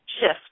shift